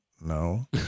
no